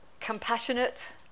Compassionate